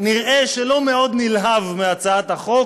נראה לא מאוד נלהב מהצעת החוק,